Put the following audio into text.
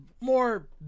more